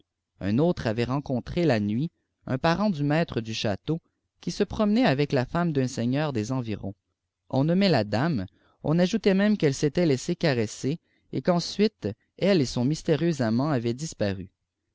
un aut e atalt réth contré la nuit un parent du maître du château qui se prodiéaait avec la femme d'un seigneur des environs on notnmait la damé on ajoutait mêmç qu'elle s'était laissé caresser et qu'ensuite ese et son mystérieux amant avaient disparu